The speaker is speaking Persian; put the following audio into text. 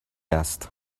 است